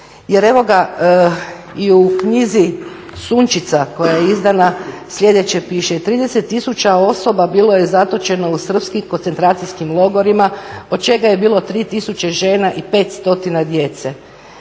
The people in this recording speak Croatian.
jer i u knjizi "Sunčica" koja je izdana sljedeće piše: "30 tisuća osoba bilo je zatočeno u srpskim koncentracijskim logorima od čega je bilo tri tisuće žena i 500 djece.